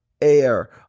air